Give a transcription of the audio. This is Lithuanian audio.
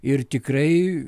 ir tikrai